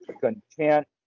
content